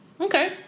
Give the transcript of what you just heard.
Okay